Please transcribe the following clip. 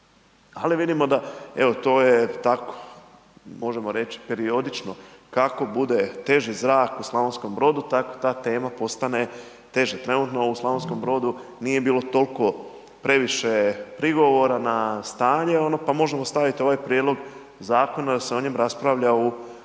Ali vidimo da evo to je tako. Možemo reći periodično, kako bude teži zrak u Slavonskom Brodu, tako da tema postane teža. Trenutno u Slavonskom Brodu nije bilo toliko previše prigovora na stanje ono pa možemo staviti ovaj prijedlog zakona da se o njemu raspravlja u Hrvatskom saboru.